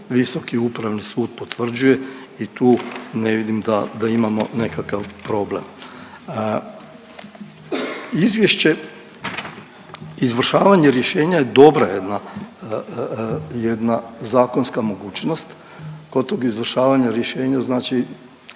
visoki upravni sud potvrđuje i tu ne vidim da imamo nekakav problem. Izvješće, izvršavanje rješenja je dobra jedna, jedna zakonska mogućnost kod izvršavanja rješenja, znači